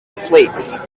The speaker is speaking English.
flakes